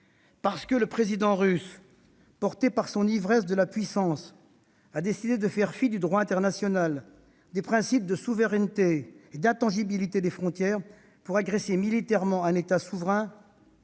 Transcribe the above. parce que le président russe, porté par son ivresse de puissance, a décidé de faire fi du droit international, des principes de souveraineté et d'intangibilité des frontières, pour agresser militairement un État souverain,